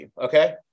okay